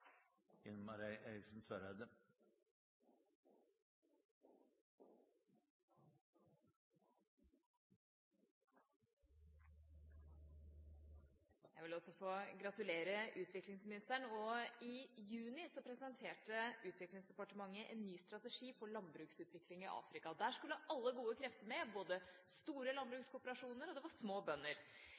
Jeg vil også få gratulere utviklingsministeren. I juni presenterte Utviklingsdepartementet en ny strategi for landbruksutvikling i Afrika. Der skulle alle gode krefter med, både store landbrukskooperasjoner og små bønder.